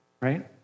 right